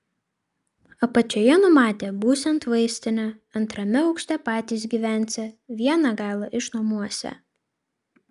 apačioje numatė būsiant vaistinę antrame aukšte patys gyvensią vieną galą išnuomosią